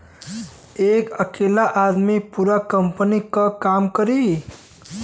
एक अकेला आदमी पूरा कंपनी क काम करी